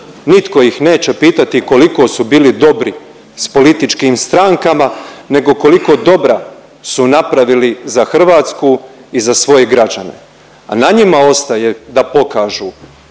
nitko ih neće pitati koliko su bili dobri s političkim strankama nego koliko dobra su napravili za Hrvatsku i za svoje građane, a na njima ostaje da pokažu